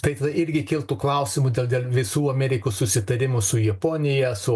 tai irgi kiltų klausimų dėl dėl visų amerikos susitarimų su japonija su